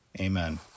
Amen